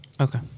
Okay